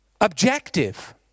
Objective